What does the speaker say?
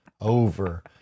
over